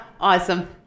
Awesome